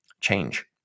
change